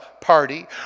Party